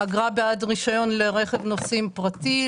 "אגרה בעד רישיון לרכב נוסעים פרטי,